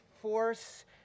force